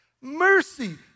Mercy